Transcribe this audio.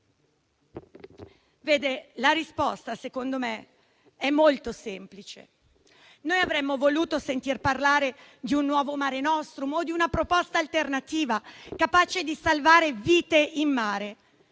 Vede, la risposta secondo me è molto semplice. Avremmo voluto sentir parlare di un nuovo Mare nostrum o di una proposta alternativa capace di salvare vite in mare,